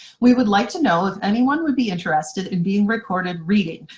we would like to know if anyone would be interested in being recorded reading.